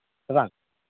ᱥᱮ ᱵᱟᱝ ᱸ